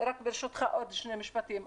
ברשותך, עוד שני משפטים.